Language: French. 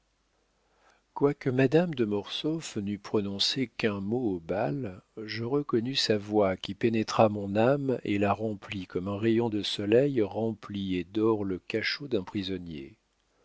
quoique madame de mortsauf n'eût prononcé qu'un mot au bal je reconnus sa voix qui pénétra mon âme et la remplit comme un rayon de soleil remplit et dore le cachot d'un prisonnier